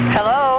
Hello